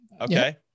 Okay